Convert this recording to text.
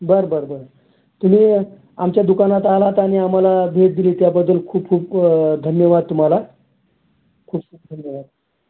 बरं बरं बरं तुम्ही आमच्या दुकानात आलात आणि आम्हाला भेट दिली त्याबद्दल खूप खूप धन्यवाद तुम्हाला खूप खूप धन्यवाद